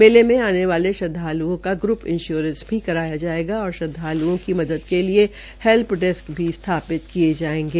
मेले में आने वाले श्रदवालूओं का ग्रंप इंस्योरेंस भी कराया जायेगा और श्रदवालूओं की मदद के लिए हैल्प डेस्क् भी स्थापित किये जायेंगे